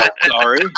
Sorry